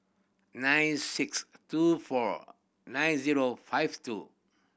nine six two four nine zero five two